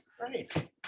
right